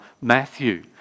Matthew